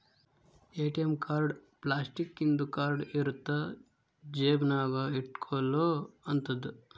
ATM card plastic ಇಂದು card ಇರುತ್ತ ಜೇಬ ನಾಗ ಇಟ್ಕೊಲೊ ಅಂತದು